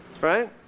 right